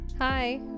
Hi